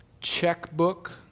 checkbook